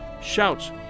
shouts